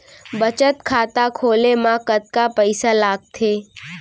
बचत खाता खोले मा कतका पइसा लागथे?